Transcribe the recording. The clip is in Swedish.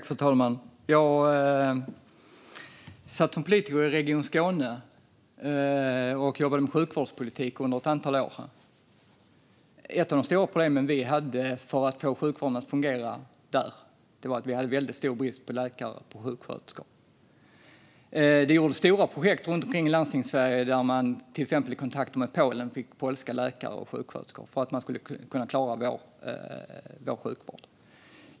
Fru talman! Jag satt under ett antal år som politiker i Region Skåne och jobbade med sjukvårdspolitik. Ett av de stora problemen vi hade för att få sjukvården att fungera där var en väldigt stor brist på läkare och sjuksköterskor. Runt omkring i Landstingssverige gjordes stora projekt där man till exempel i kontakt med Polen fick polska läkare och sjuksköterskor för att man skulle klara vår sjukvård.